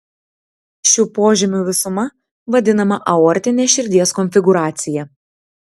šių požymių visuma vadinama aortine širdies konfigūracija